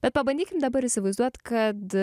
bet pabandykim dabar įsivaizduot kad